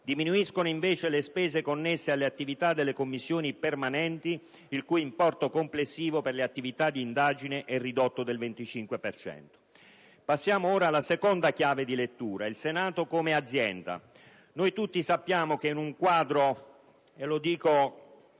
Diminuiscono, invece, le spese connesse alle attività delle Commissioni permanenti, il cui importo complessivo per le attività di indagine è ridotto del 25 per cento. Passiamo ora alla seconda chiave di lettura: il Senato come azienda. Mi rivolgo con particolare